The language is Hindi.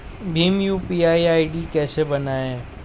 भीम यू.पी.आई आई.डी कैसे बनाएं?